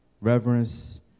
reverence